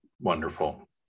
wonderful